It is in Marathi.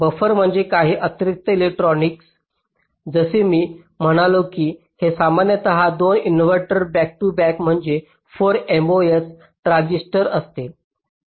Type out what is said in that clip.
बफर म्हणजे काही अतिरिक्त इलेक्ट्रॉनिक्स जसे मी म्हणालो की ते सामान्यत 2 इन्व्हर्टर बॅक टू बॅक म्हणजे 4 MOS ट्रांजिस्टर असतील